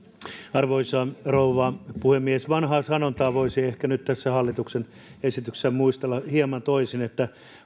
arvoisa rouva puhemies vanhaa sanontaa voisi ehkä nyt tässä hallituksen esityksessä muistella hieman toisin että